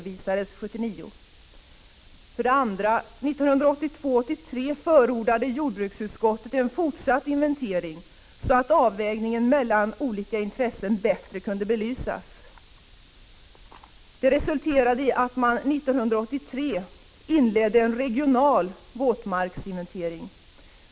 Vid riksmötet 1982/83 förordade jordbruksutskottet en fortsatt inventering så att avvägningen mellan olika intressen bättre kunde belysas. 3. Detta resulterade i att man 1983 inledde en regional våtmarksinventering.